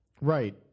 Right